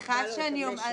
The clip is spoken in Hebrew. אדוני.